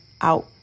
out